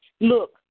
Look